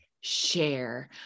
share